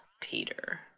Peter